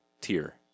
tier